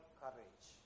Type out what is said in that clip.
courage